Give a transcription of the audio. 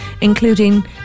including